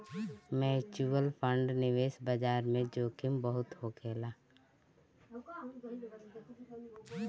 mutual fund निवेश बाजार में जोखिम बहुत होखेला